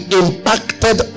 impacted